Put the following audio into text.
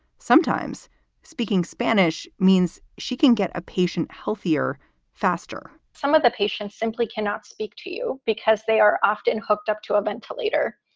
sometimes speaking spanish means she can get a patient healthier, faster some of the patients simply cannot speak to you because they are often hooked up to a ventilator.